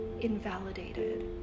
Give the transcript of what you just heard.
invalidated